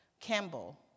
Campbell